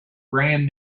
brand